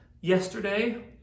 yesterday